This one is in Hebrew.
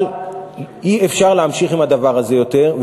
אבל אי-אפשר להמשיך עם הדבר הזה יותר,